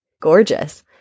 gorgeous